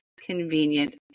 convenient